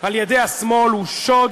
על-ידי השמאל הוא שוד